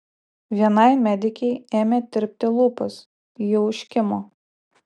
vienai medikei ėmė tirpti lūpos ji užkimo